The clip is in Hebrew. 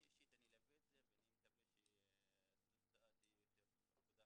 אני אישית אלווה את זה ואני מקווה שהתוצאה תהיה יותר טובה.